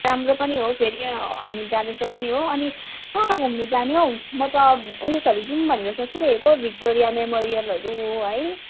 राम्रो पनि हो फेरि हामी जाँदैछौँ पनि हो अनि कहाँ कहाँ घुम्नु जाने हौ म त उयसहरू जाऊँ भनेर सोचिरहेको भिक्टोरिया मेमोरियलहरू है